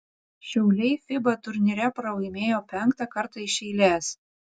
šiauliai fiba turnyre pralaimėjo penktą kartą iš eilės